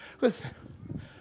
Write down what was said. Listen